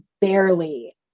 barely